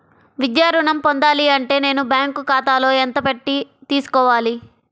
విద్యా ఋణం పొందాలి అంటే నేను బ్యాంకు ఖాతాలో ఎంత పెట్టి తీసుకోవాలి?